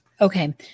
Okay